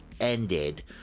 ended